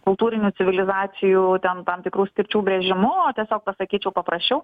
kultūrinių civilizacijų ten tam tikrų skirčių brėžimu tiesiog pasakyčiau paprasčiau